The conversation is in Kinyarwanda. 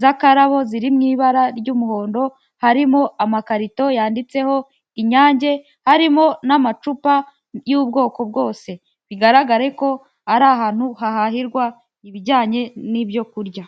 z'akararabo ziri mu ibara ry'umuhondo, harimo amakarito yanditseho Inyange, harimo n'amacupa y'ubwoko bwose, bigaragare ko ari ahantu hahahirwa ibijyanye n'ibyo kurya.